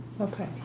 Okay